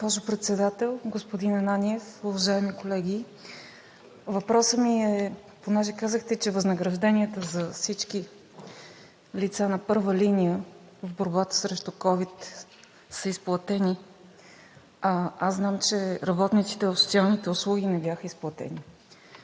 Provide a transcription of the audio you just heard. (ИТН): Госпожо Председател, господин Ананиев, уважаеми колеги! Въпросът ми е: понеже казахте, че възнагражденията за всички лица на първа линия в борбата срещу COVID са изплатени, аз знам, че на работниците в социалните услуги не бяха изплатени.